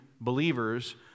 believers